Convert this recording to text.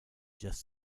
just